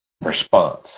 response